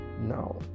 Now